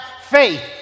faith